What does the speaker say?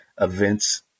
events